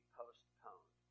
postponed